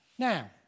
Now